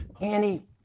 Annie